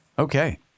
Okay